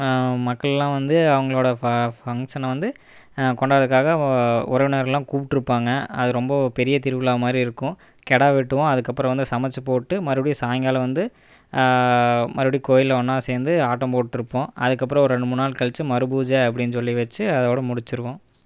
மக்கள்லாம் வந்து அவங்களோடய ஃபா ஃபங்ஷனை வந்து கொண்டாடுறதுக்காக உறவினர்கள்லாம் கூப்பிட்ருப்பாங்க அது ரொம்ப பெரிய திருவிழா மாதிரி இருக்கும் கிடா வெட்டுவோம் அதுக்கப்புறம் வந்து சமைச்சி போட்டு மறுபடியும் சாயங்காலம் வந்து மறுபடி கோயிலில் ஒன்றா சேர்ந்து ஆட்டம் போட்டிருப்போம் அதுக்கப்புறம் ஒரு ரெண்டு மூணு நாள் கழித்து மறு பூஜை அப்படின் சொல்லி வச்சி அதோடய முடித்திருவோம்